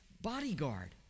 bodyguard